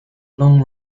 long